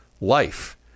life